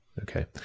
okay